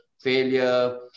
failure